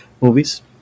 movies